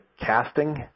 casting